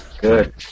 Good